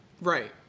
Right